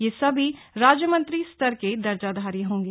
यह सभी राज्यमंत्री स्तर के दर्जाधारी होंगे